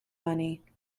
money